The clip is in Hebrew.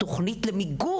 תוכנית למיגור,